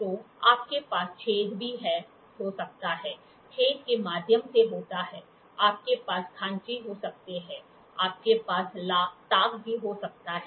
तो आपके पास छेद भी हो सकते हैं छेद के माध्यम से होता है आपके पास खांचे हो सकते हैं आपके पास ताक़ भी हो सकता है